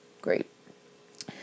great